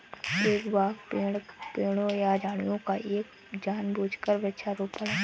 एक बाग पेड़ों या झाड़ियों का एक जानबूझकर वृक्षारोपण है